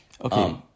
Okay